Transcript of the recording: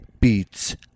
beats